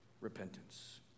repentance